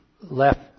left